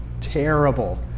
terrible